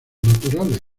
naturales